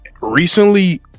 recently